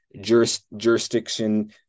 jurisdiction